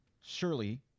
surely